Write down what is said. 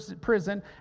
prison